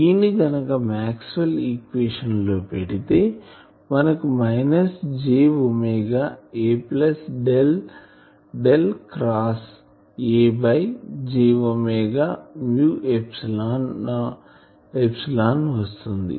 Eని గనుక Maxwell equation లో పెడితే మనకు minus J omega A plus del del cross A by J omega mu epsilon వస్తుంది